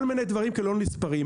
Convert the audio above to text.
כל מיני דברים כאלה לא נספרים.